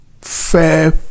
fair